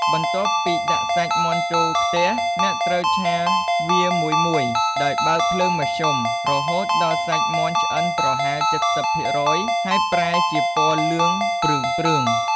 បន្ទាប់ពីដាក់សាច់មាន់ចូលខ្ទះ អ្នកត្រូវឆាវាមួយៗ ដោយបើកភ្លើងមធ្យម រហូតដល់សាច់មាន់ឆ្អិនប្រហែល ៧០% ហើយប្រែជាពណ៌លឿងព្រឿងៗ។